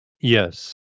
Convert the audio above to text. Yes